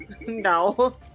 No